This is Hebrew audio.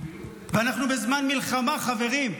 ואנחנו בזמן מלחמה, חברים.